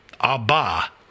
Abba